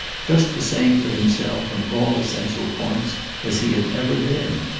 just the same for himself on all essential points as he had ever been.